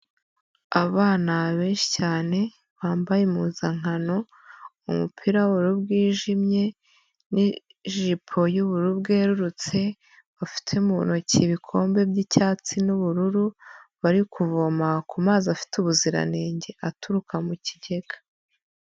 Abana benshi cyane, bambaye impuzankano, umupira w'ubururu bwijimye, n'ijipo y'ubururu bwerurutse, bafite mu ntoki ibikombe by'icyatsi n'ubururu, bari kuvoma ku mazi afite ubuziranenge aturuka mu kigega.